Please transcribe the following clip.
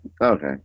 okay